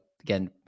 again